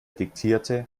diktierte